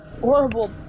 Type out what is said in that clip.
horrible